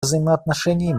взаимоотношений